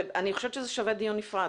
אני חושבת שזה שווה דיון נפרד.